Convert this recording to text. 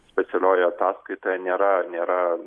specialioj ataskaitoje nėra nėra